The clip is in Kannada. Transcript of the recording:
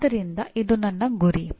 ಆದ್ದರಿಂದ ಇದು ನನ್ನ ಗುರಿ